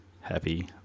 happy